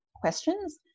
questions